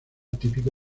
típico